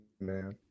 man